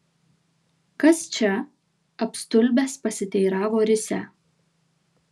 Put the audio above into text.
kas čia apstulbęs pasiteiravo risią